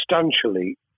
substantially